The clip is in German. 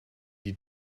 die